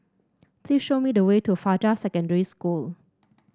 please show me the way to Fajar Secondary School